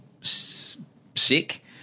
sick